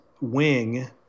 wing